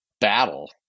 battle